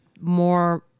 more